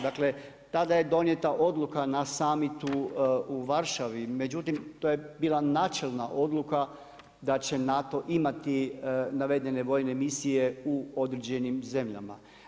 Dakle tada je donijeta odluka na summitu u Varšavi međutim to je bila načelna odluka da će NATO imati navedene vojne misije u određenim zemljama.